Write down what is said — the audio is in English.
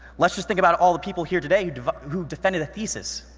let's just think about all the people here today who defended a thesis.